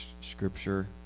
scripture